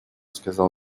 сказал